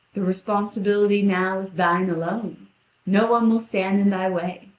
the responsibility now is thine alone no one will stand in thy way.